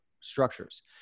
structures